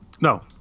No